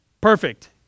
perfect